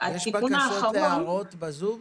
יש בקשות, הערות, בזום?